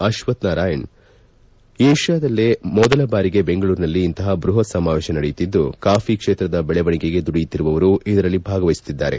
ಅಶ್ವಕ್ತ ನಾರಾಯಣ್ ಏಷ್ಕಾದಲ್ಲೇ ಮೊದಲ ಬಾರಿಗೆ ಬೆಂಗಳೂರಿನಲ್ಲಿ ಇಂತಹ ಬ್ಯಹತ್ ಸಮಾವೇಶ ನಡೆಯುತ್ತಿದ್ದು ಕಾಫಿ ಕ್ಷೇತ್ರದ ಬೆಳೆವಣೆಗೆಗೆ ದುಡಿಯುತ್ತಿರುವವರು ಇದರಲ್ಲಿ ಭಾಗವಹಿಸುತ್ತಿದ್ದಾರೆ